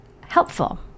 helpful